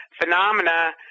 phenomena